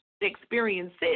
experiences